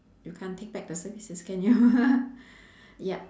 you can't take back the services can you yup